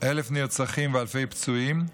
1,000 נרצחים ואלפי פצועים.